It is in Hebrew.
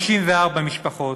54 משפחות.